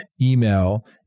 email